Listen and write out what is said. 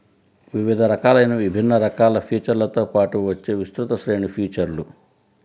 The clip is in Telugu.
వివిధ రకాలైన విభిన్న రకాల ఫీచర్లతో పాటు వచ్చే విస్తృత శ్రేణి ఫీచర్లు